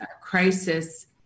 crisis